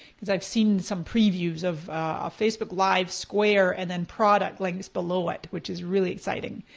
cause i've seen some previews of facebook live square and then product links below it, which is really exciting.